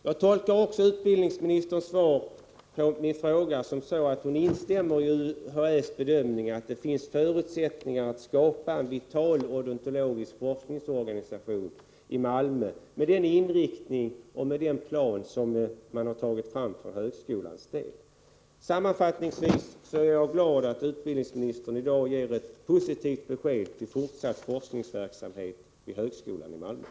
Jag tolkar också utbildningsministerns svar på min fråga så, att hon instämmer i UHÄ:s bedömning att det finns förutsättningar för att skapa en vital odontologisk forskningsorganisation i Malmö med den inriktning och med den plan som man har tagit fram för högskolans del. Sammanfattningsvis är jag glad över att utbildningsministern i dag ger ett positivt besked när det gäller fortsatt forskningsverksamhet vid högskolan i Malmö.